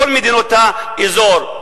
כל מדינות האזור,